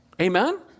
Amen